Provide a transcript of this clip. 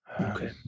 Okay